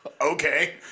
okay